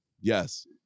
Yes